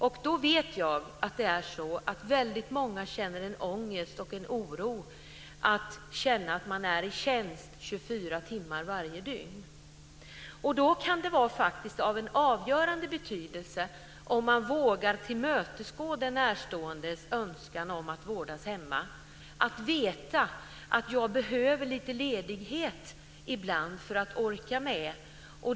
Jag vet att väldigt många känner en ångest och en oro över att känna att man är i tjänst 24 timmar varje dygn. Det kan vara av en avgörande betydelse, om man vågar tillmötesgå den närståendes önskan om att vårdas hemma, att veta att man behöver lite ledighet ibland för att orka med.